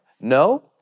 No